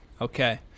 Okay